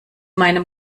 meinem